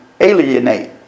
Alienate